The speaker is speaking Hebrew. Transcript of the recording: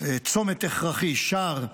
צומת הכרחי, שער,